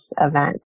event